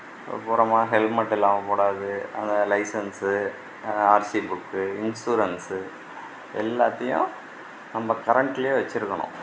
போகிறோமா ஹெல்மெட் இல்லாமல் போடாது அந்த லைசென்ஸு ஆர்சி புக்கு இன்ஷுரன்ஸு எல்லாத்தையும் நம்ப கரன்ட்லியே வச்சுருக்கணும்